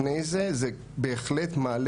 אבל בהחלט יש פה חשד לעבירה פלילית.